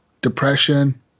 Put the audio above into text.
depression